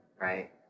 Right